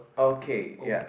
okay ya